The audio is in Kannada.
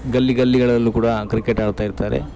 ಗಲ್ಲಿ ಗಲ್ಲಿಗಳಲ್ಲು ಕೂಡ ಕ್ರಿಕೆಟ್ ಆಡ್ತಾ ಇರ್ತಾರೆ